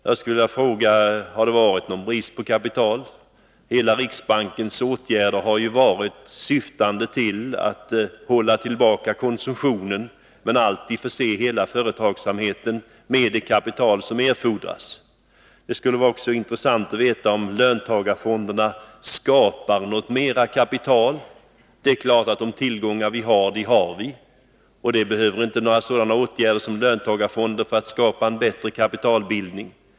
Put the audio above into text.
Jag skulle vilja fråga: Har det varit någon brist på kapital? Alla riksbankens åtgärder har ju varit syftande till att hålla tillbaka konsumtionen men alltid förse hela företagsamheten med det kapital som erfordras. Det skulle också vara intressant att veta om löntagarfonderna skapar något mera kapital. Det är klart att de tillgångar vi har, de tillgångarna har vi. Det behövs alltså inte några sådana saker som löntagarfonder för att skapa en bättre kapitalbildning.